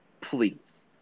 Please